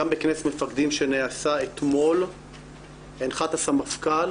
גם בכנס מפקדים שנעשה אתמול הנחה את הסמפכ"ל